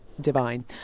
divine